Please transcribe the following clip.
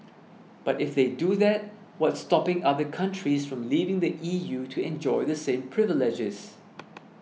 but if they do that what's stopping other countries from leaving the E U to enjoy the same privileges